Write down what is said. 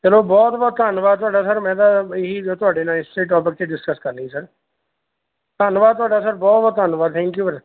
ਚਲੋ ਬਹੁਤ ਬਹੁਤ ਧੰਨਵਾਦ ਤੁਹਾਡਾ ਸਰ ਮੈਂ ਤਾਂ ਇਹੀ ਤੁਹਾਡੇ ਨਾਲ ਇਸੇ ਟੋਪਿਕ 'ਤੇ ਡਿਸਕਸ ਕਰਨੀ ਸੀ ਸਰ ਧੰਨਵਾਦ ਤੁਹਾਡਾ ਸਰ ਬਹੁਤ ਬਹੁਤ ਧੰਨਵਾਦ ਥੈਂਕ ਯੂ ਫਿਰ